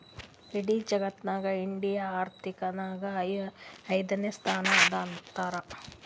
ಇಡಿ ಜಗತ್ನಾಗೆ ಇಂಡಿಯಾ ಆರ್ಥಿಕ್ ನಾಗ್ ಐಯ್ದನೇ ಸ್ಥಾನ ಅದಾ ಅಂತಾರ್